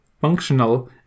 functional